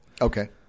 Okay